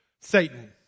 Satan